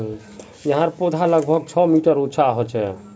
याहर पौधा लगभग छः मीटर उंचा होचे